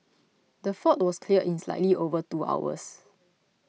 the fault was cleared in slightly over two hours